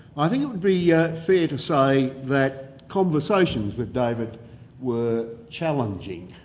i think be yeah fair to say that conversations with david were challenging,